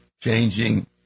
changing